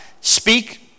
Speak